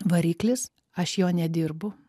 variklis aš jo nedirbu